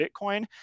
Bitcoin